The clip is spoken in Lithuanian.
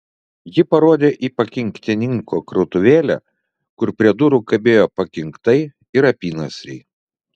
ji parodė į pakinktininko krautuvėlę kur prie durų kabėjo pakinktai ir apynasriai